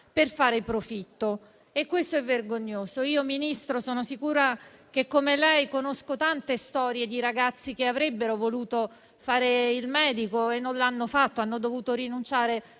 per fare profitto. E questo è vergognoso. Signor Ministro, come lei, conosco tante storie di ragazzi che avrebbero voluto fare il medico e non l'hanno fatto, perché hanno dovuto rinunciare